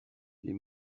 les